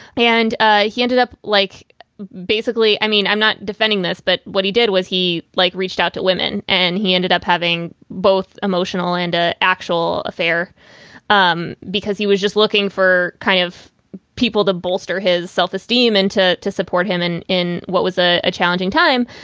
and ah he ended up like basically i mean, i'm not defending this, but what he did was he like reached out to women and he ended up having both emotional and a actual affair um because he was just looking for kind of people to bolster his self-esteem and to to support him in what was ah a challenging time.